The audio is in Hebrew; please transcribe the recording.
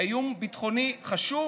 איום ביטחוני חשוב